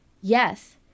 Yes